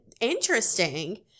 interesting